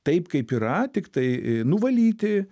taip kaip yra tiktai nuvalyti